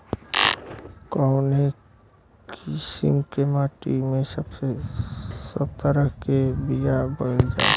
कवने किसीम के माटी में सब तरह के बिया बोवल जा सकेला?